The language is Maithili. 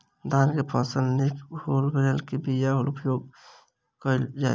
धान केँ फसल निक होब लेल केँ बीया उपयोग कैल जाय?